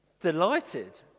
delighted